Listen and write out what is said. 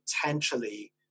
potentially